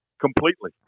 completely